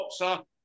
boxer